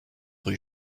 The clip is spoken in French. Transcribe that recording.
rue